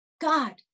God